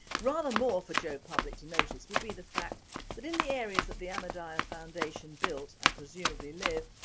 rather more for joe public to notice would be the fact that in the areas that the ahmadiyya foundation build and presumably live,